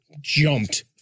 jumped